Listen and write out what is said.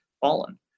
fallen